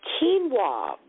Quinoa